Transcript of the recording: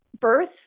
Birth